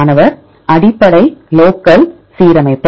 மாணவர் அடிப்படை லோக்கல் சீரமைப்பு